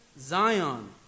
Zion